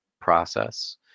process